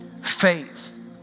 Faith